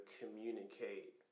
communicate